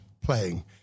playing